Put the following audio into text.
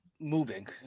moving